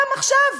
גם עכשיו.